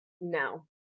no